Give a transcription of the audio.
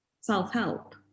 self-help